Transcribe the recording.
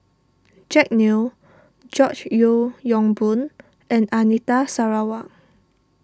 Jack Neo George Yeo Yong Boon and Anita Sarawak